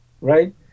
right